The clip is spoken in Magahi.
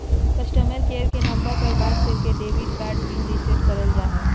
कस्टमर केयर के नम्बर पर बात करके डेबिट कार्ड पिन रीसेट करल जा हय